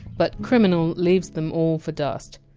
but criminal leaves them all for dust.